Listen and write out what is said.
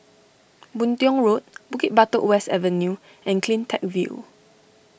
Boon Tiong Road Bukit Batok West Avenue and CleanTech View